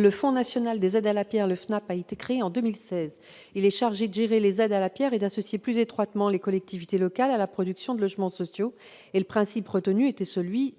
Le Fonds national des aides à la pierre, le FNAP, a été créé en 2016. Il est chargé de gérer les aides à la pierre et d'associer plus étroitement les collectivités locales à la production de logements sociaux. Le principe retenu était celui d'un